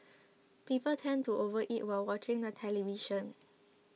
people tend to overeat while watching the television